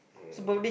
no